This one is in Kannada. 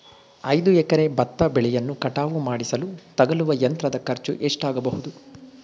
ಐದು ಎಕರೆ ಭತ್ತ ಬೆಳೆಯನ್ನು ಕಟಾವು ಮಾಡಿಸಲು ತಗಲುವ ಯಂತ್ರದ ಖರ್ಚು ಎಷ್ಟಾಗಬಹುದು?